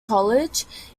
college